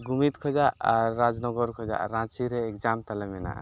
ᱜᱩᱢᱤᱫᱽ ᱠᱷᱚᱡᱟᱜ ᱟᱨ ᱨᱟᱡᱽᱱᱚᱜᱚᱨ ᱠᱷᱚᱡᱟᱜ ᱨᱟᱸᱪᱤᱨᱮ ᱮᱠᱡᱟᱢ ᱛᱟᱞᱮ ᱢᱮᱱᱟᱜᱼᱟ